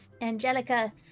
Angelica